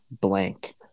blank